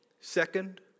Second